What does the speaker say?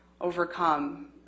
overcome